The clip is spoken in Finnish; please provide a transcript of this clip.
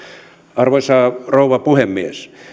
arvoisa rouva puhemies